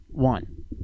One